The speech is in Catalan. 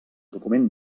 document